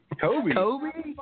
Kobe